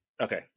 okay